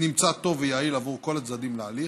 נמצא טוב ויעיל בעבור כל הצדדים להליך,